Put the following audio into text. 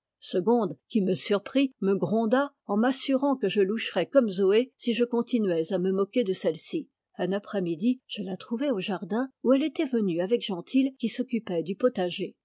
segonde qui me surprit me gronda en m'assurant que je loucherais comme zoé si je continuais à me moquer de celle-ci un après-midi je la trouvai au jardin où elle était venue avec gentil qui s'occupait du potager